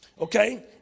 Okay